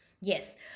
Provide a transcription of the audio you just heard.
Yes